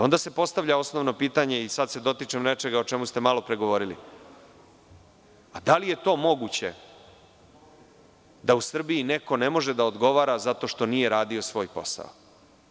Onda se postavlja osnovno pitanje, sada se dotičem nečega o čemu ste malopre govorili, da li je to moguće da u Srbiji neko ne može da odgovara zato što nije radio svoj posao?